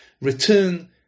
return